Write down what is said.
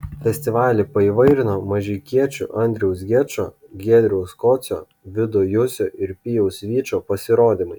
festivalį paįvairino mažeikiečių andriaus gečo giedriaus kocio vido jusio ir pijaus vyčo pasirodymai